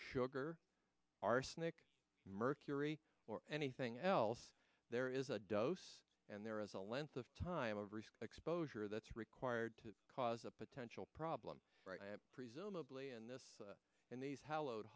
sugar arsenic mercury or anything else there is a dose and there is a length of time of risk exposure that's required to cause a potential problem presumably and this and these ho